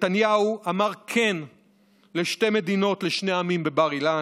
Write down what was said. נתניהו אמר כן לשתי מדינות לשני עמים, בבר-אילן,